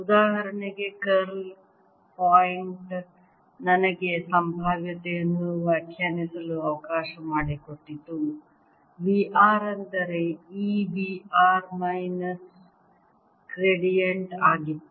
ಉದಾಹರಣೆಗೆ curl point ನನಗೆ ಸಂಭಾವ್ಯತೆಯನ್ನು ವ್ಯಾಖ್ಯಾನಿಸಲು ಅವಕಾಶ ಮಾಡಿಕೊಟ್ಟಿತು V r ಅಂದರೆ E V r ನ ಮೈನಸ್ ಗ್ರೇಡಿಯಂಟ್ ಆಗಿತ್ತು